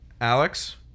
Alex